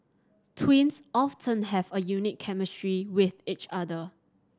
twins often have a unique chemistry with each other